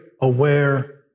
aware